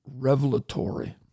revelatory